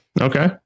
okay